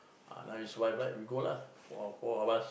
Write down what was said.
ah now is five right we go lah four of us